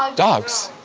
um dogs